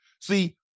See